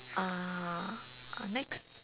uh our next